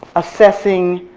assessing,